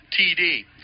TD